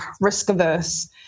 risk-averse